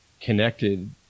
connected